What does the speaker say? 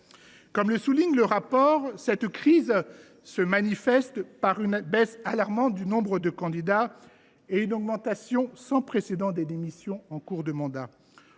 Comme le souligne le rapport, cette crise se manifeste par une baisse alarmante du nombre de candidats et une augmentation sans précédent des démissions en cours de mandat.